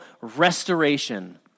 restoration